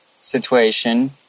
situation